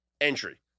entry